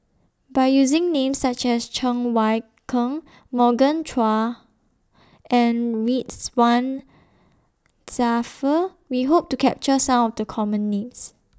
By using Names such as Cheng Wai Keung Morgan Chua and Ridzwan Dzafir We Hope to capture Some of The Common Names